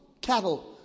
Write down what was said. Cattle